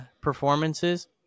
performances